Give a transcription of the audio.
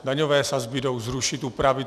Daňové sazby jdou zrušit, upravit.